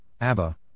Abba